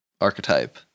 archetype